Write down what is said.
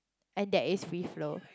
and that is free flow